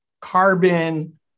carbon